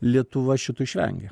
lietuva šito išvengia